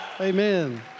Amen